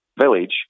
village